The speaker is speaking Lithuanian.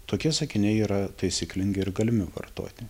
tokie sakiniai yra taisyklingi ir galimi vartoti